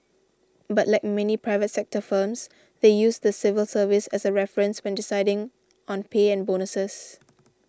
but like many private sector firms they use the civil service as a reference when deciding on pay and bonuses